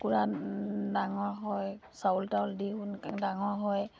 কুকুৰা ডাঙৰ হয় চাউল তাউল দি সোনকালে ডাঙৰ হয়